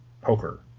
Poker